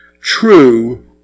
true